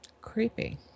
creepy